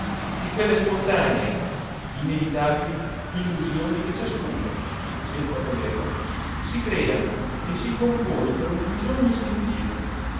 di quelle spontanee inevitabili illusioni che ciascuno senza volerlo si crea e si compone per un bisogno istintivo